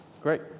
Great